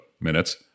minutes